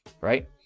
right